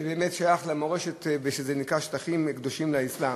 שזה באמת שייך למורשת ושזה נקרא שטחים קדושים לאסלאם.